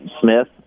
Smith